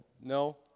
No